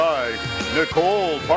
Nicole